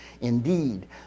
Indeed